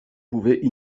pouvaient